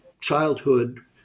childhood